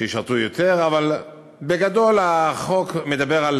שישרתו יותר, אבל בגדול, החוק מדבר על